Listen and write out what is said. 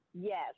Yes